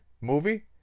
movie